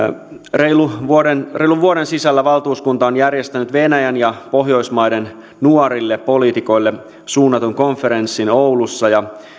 reilun vuoden reilun vuoden sisällä valtuuskunta on järjestänyt venäjän ja pohjoismaiden nuorille poliitikoille suunnatun konferenssin oulussa ja